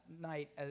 night